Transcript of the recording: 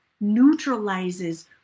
neutralizes